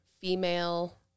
female